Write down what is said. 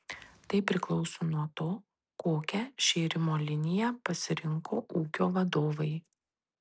tai priklauso nuo to kokią šėrimo liniją pasirinko ūkio vadovai